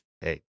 hey